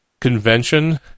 convention